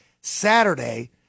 Saturday